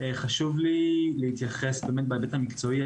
חשוב לי להתייחס באמת בהיבט המקצועי,